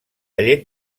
llet